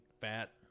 fat